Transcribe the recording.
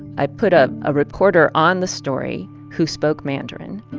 i put a ah reporter on the story who spoke mandarin.